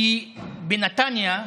כי בנתניה,